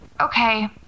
Okay